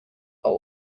are